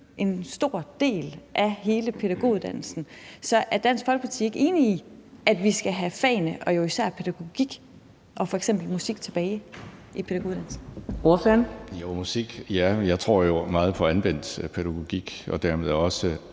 en stor del af hele pædagoguddannelsen. Er Dansk Folkeparti ikke enig i, at vi skal have fagene og jo især pædagogik og f.eks. musik tilbage i pædagoguddannelsen? Kl. 11:06 Fjerde næstformand (Karina Adsbøl):